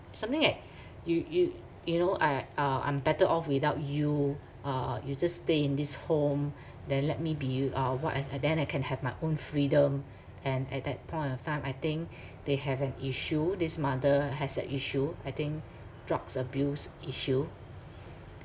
something like you you you know I uh I'm better off without you uh you just stay in this home then let me be uh what uh and then I can have my own freedom and at that point of time I think they have an issue this mother has a issue I think drugs abuse issue